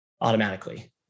automatically